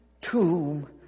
tomb